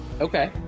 okay